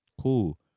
cool